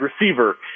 receiver